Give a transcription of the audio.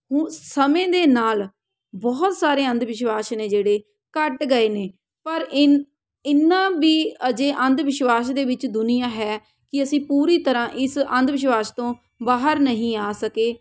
ਹੁ ਸਮੇਂ ਦੇ ਨਾਲ ਬਹੁਤ ਸਾਰੇ ਅੰਧ ਵਿਸ਼ਵਾਸ ਨੇ ਜਿਹੜੇ ਘੱਟ ਗਏ ਨੇ ਪਰ ਇਨ ਇੰਨਾ ਵੀ ਅਜੇ ਅੰਧ ਵਿਸ਼ਵਾਸ ਦੇ ਵਿੱਚ ਦੁਨੀਆ ਹੈ ਕਿ ਅਸੀਂ ਪੂਰੀ ਤਰ੍ਹਾਂ ਇਸ ਅੰਧ ਵਿਸ਼ਵਾਸ ਤੋਂ ਬਾਹਰ ਨਹੀ ਆ ਸਕੇ